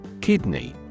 Kidney